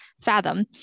fathom